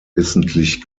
wissentlich